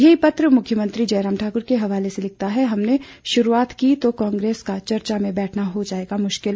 यही पत्र मुख्यमंत्री जयराम ठाकुर के हवाले से लिखता है हमने शुरूआत की तो कांग्रेस का चर्चा में बैठना हो जाएगा मुश्किल